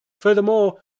Furthermore